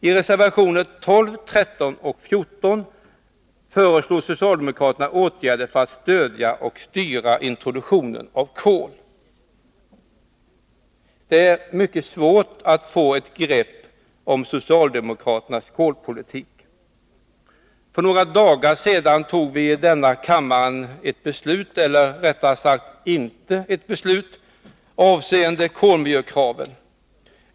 I reservationerna 12, 13 och 14 föreslår socialdemokraterna åtgärder för att stödja och styra introduktionen av kol. Det är mycket svårt att få ett grepp om socialdemokraternas kolpolitik. För några dagar sedan tog vi i denna kammare ett beslut avseende kolmiljökraven — eller rättare sagt ett beslut som egentligen inte innebär några krav.